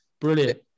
Brilliant